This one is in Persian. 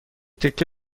تکه